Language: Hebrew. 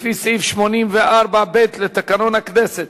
לפי סעיף 84(ב) לתקנון הכנסת,